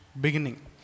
beginning